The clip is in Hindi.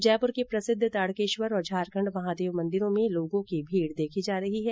जयपूर के प्रसिद्ध ताडकेश्वर और झारखण्ड महादेव मंदिरों में लोगों की भीड देखी जा रही है